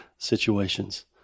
situations